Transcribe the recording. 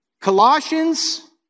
Colossians